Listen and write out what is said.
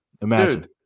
Imagine